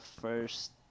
first